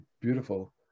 beautiful